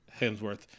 Hemsworth